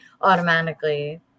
automatically